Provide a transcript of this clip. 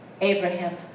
abraham